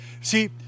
See